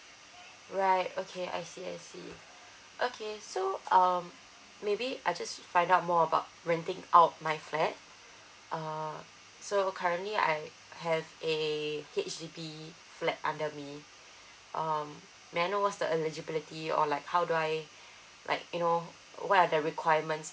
right okay I see I see okay so um maybe I just find out more about renting out my flat uh so currently I have a H_D_B flat under me um may I know what's the eligibility or like how do I like you know what are the requirements